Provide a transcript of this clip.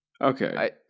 Okay